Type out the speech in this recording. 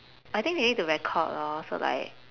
I think they need to record lor so like